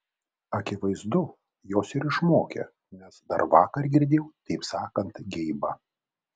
akivaizdu jos ir išmokė nes dar vakar girdėjau taip sakant geibą